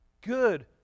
good